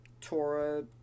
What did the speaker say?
Torah